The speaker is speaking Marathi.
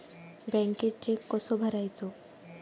बँकेत चेक कसो भरायचो?